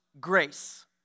grace